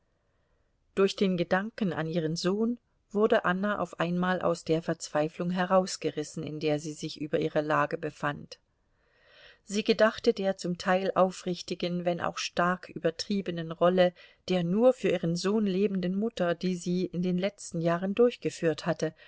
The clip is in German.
durch den gedanken an ihren sohn wurde anna auf einmal aus der verzweiflung herausgerissen in der sie sich über ihre lage befand sie gedachte der zum teil aufrichtigen wenn auch stark übertriebenen rolle der nur für ihren sohn lebenden mutter die sie in den letzten jahren durchgeführt hatte